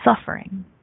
suffering